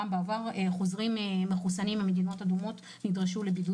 גם בעבר חוזרים מחוסנים ממדינות אדומות נדרשות לבידוד